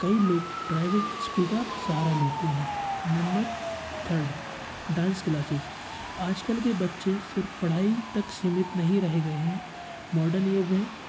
कई लोग driving school का सहारा लेते हैं नंबर थर्ड डांस क्लासेस आज कल के बच्चे सिर्फ़ पढ़ाई तक सीमित नहीं रह गए हैं मॉडर्न युग है